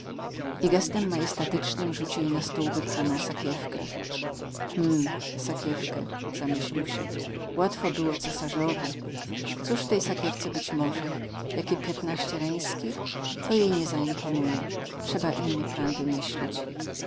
gestem majestatycznym rzuci jej na stół wypchaną sakiewkę hm sakiewkę zamyślił się łatwo było cesarzowi cóż w tej sakiewce być może jakie piętnaście reńskich to jej nie zaimponuje trzeba inny plan wymyślić